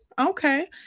okay